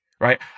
right